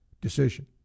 decision